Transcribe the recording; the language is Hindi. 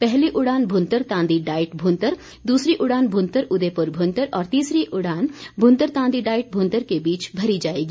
पहली उड़ान भुंतर तांदी डाइट भुंतर दूसरी उड़ान भुंतर उदयपुर भुंतर और तीसरी उड़ान भुंतर तांदी डाइट भुंतर के बीच भरी जाएगी